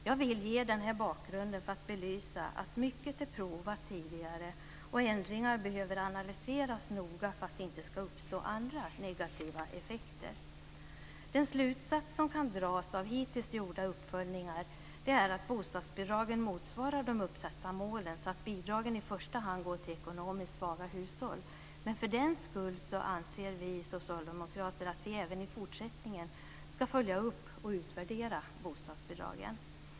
Jag vill ge den här bakgrunden för att belysa att mycket är provat tidigare och att ändringar behöver analyseras noga för att det inte ska uppstå andra negativa effekter. Den slutsats som kan dras av hittills gjorda uppföljningar är att bostadsbidragen motsvarar de uppsatta målen, att bidragen i första hand går till ekonomiskt svaga hushåll, och för den skull anser vi socialdemokrater att vi även i fortsättningen ska följa upp och utvärdera bostadsbidragen.